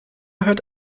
hört